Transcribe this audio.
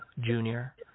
Junior